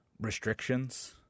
restrictions